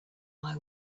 eye